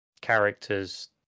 characters